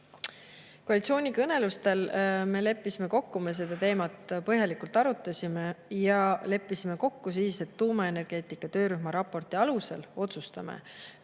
Koalitsioonikõnelustel me leppisime kokku – me arutasime seda teemat põhjalikult ja leppisime kokku –, et tuumaenergeetika töörühma raporti alusel otsustame,